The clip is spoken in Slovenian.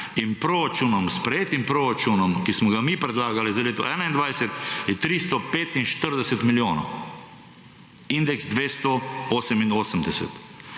in proračunom, sprejetim proračunom, ki smo ga mi predlagali za leto 2021, je 345 milijonov – indeks 288.